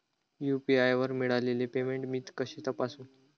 UPI वर मिळालेले payment मी कसे तपासू?